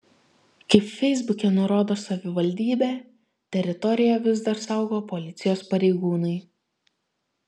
kaip feisbuke nurodo savivaldybė teritoriją vis dar saugo policijos pareigūnai